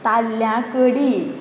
ताल्ल्या कडी